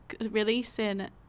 releasing